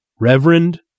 Reverend